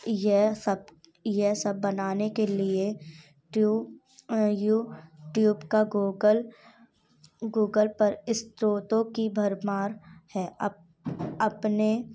यह सब यह सब बनाने के लिए ट्यूब यूट्यूब का गूगल गूगल पर इस स्रोतों की भरमार है अपने